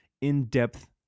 in-depth